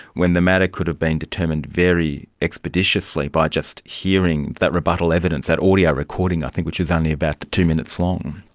when the matter could have been determined very expeditiously by just hearing that rebuttal evidence, that audio recording, which is only about two minutes long.